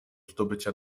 zdobycia